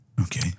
Okay